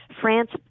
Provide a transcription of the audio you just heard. France